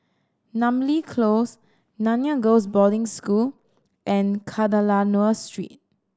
Namly Close Nanyang Girls' Boarding School and Kadayanallur Street